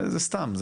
זה סתם.